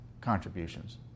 contributions